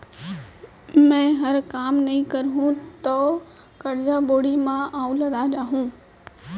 मैंहर काम नइ करहूँ तौ करजा बोड़ी म अउ लदा जाहूँ